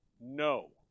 No